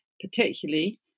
particularly